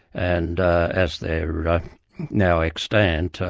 and as they're now extant,